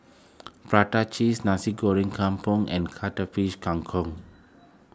Prata Cheese Nasi Goreng Kampung and Cuttlefish Kang Kong